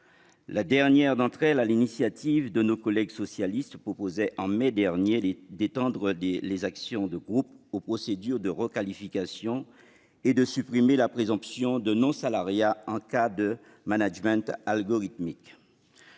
La dernière d'entre elles, déposée sur l'initiative de nos collègues socialistes, prévoyait- c'était au mois de mai dernier -d'étendre les actions de groupe aux procédures de requalification et de supprimer la présomption de non-salariat en cas de management algorithmique.